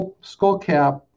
skullcap